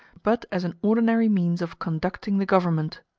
but as an ordinary means of conducting the government.